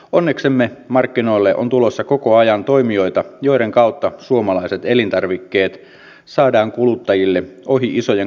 onneksemme markkinoille on tulossa koko ajan toimijoita joiden kautta suomalaiset elintarvikkeet saadaan kuluttajille ohi isojen kauppaketjujen